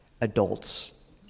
adults